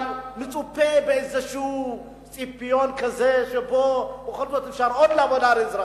אבל מצופה באיזשהו ציפוי כזה שבו אפשר לעבוד על האזרחים.